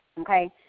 okay